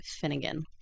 Finnegan